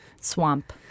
Swamp